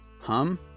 Hum